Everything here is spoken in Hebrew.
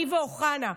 אני ואוחנה.